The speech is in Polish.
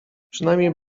przynajmniej